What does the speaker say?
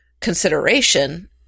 consideration